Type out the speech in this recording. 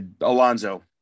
Alonzo